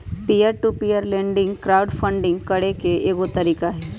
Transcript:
peer to peer lending crowdfunding करे के एगो तरीका हई